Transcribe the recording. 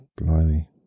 blimey